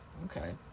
Okay